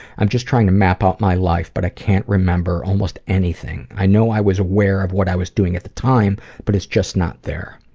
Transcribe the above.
i'm just trying to map out my life, but i can't remember almost anything. i know i was aware of what i was doing at the time, time, but it's just not there.